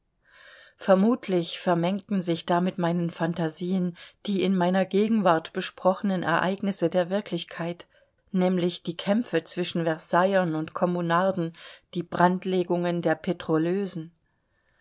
vermutlich vermengte sich da mit meinen phantasien die in meiner gegenwart besprochenen ereignisse der wirklichkeit nämlich die kämpfe zwischen versaillern und kommunarden die brandlegungen der